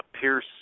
Pierce